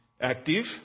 active